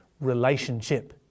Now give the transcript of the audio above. relationship